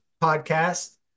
podcast